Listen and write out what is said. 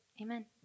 Amen